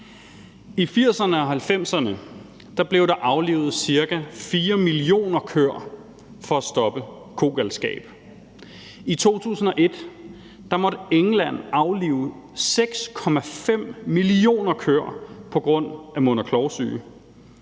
I 1980'erne og 1990'erne blev der aflivet ca. 4 millioner køer for at stoppe kogalskaben, i 2001 måtte England aflive 6,5 millioner køer på grund af mund- og klovsyge,